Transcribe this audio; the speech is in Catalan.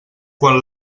quan